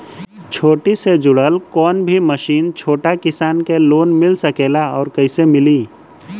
खेती से जुड़ल कौन भी मशीन छोटा किसान के लोन मिल सकेला और कइसे मिली?